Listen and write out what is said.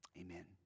Amen